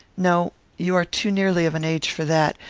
no you are too nearly of an age for that.